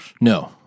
No